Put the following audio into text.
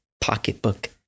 pocketbook